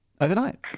overnight